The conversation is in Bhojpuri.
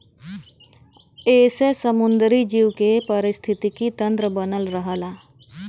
एसे समुंदरी जीव के पारिस्थितिकी तन्त्र बनल रहला